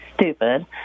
stupid